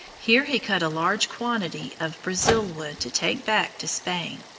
here he cut a large quantity of brazil wood to take back to spain.